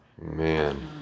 Man